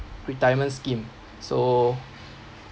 retirement scheme so